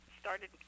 started